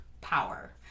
power